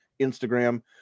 Instagram